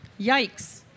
Yikes